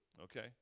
okay